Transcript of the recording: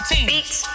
Beats